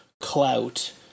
clout